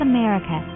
America